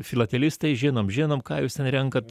filatelistai žinom žinom ką jūs ten renkat